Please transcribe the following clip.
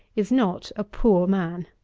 is not a poor man.